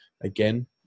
Again